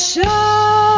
Show